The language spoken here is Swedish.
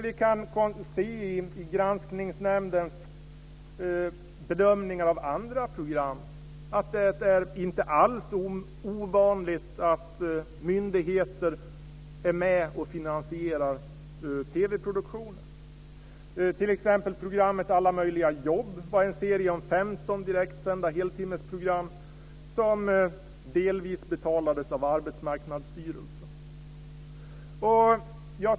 Vi kan av Granskningsnämndens bedömningar av andra program se att det inte alls är ovanligt att myndigheter är med och finansierar TV-produktioner. Det gäller t.ex. programmet Alla möjliga jobb. Det var en serie om 15 direktsända heltimmesprogram som delvis betalades av Arbetsmarknadsstyrelsen.